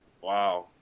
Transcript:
Wow